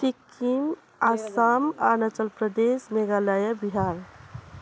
Sikkim Assam Arunachal Pradesh Meghalaya Bihar